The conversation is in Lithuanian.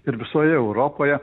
ir visoje europoje